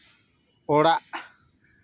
ᱚᱲᱟᱜ